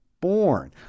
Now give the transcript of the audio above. born